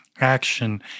action